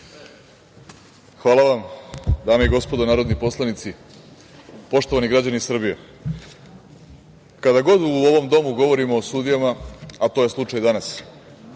Hvala. Dame i gospodo narodni poslanici, poštovani građani Srbije, kada god u ovom domu govorimo o sudijama, a to je slučaj danas,